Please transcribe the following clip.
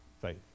Faith